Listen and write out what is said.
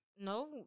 No